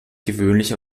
gewöhnlich